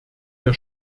der